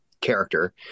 character